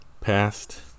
past